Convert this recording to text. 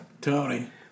Tony